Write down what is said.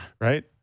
Right